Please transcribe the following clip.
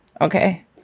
Okay